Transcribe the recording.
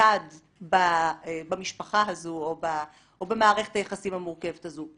צד במשפחה הזו או במערכת היחסים המורכבת הזו.